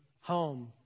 home